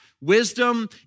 Wisdom